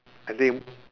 I think